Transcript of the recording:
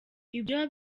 ibyo